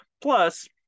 plus